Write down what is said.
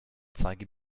zeige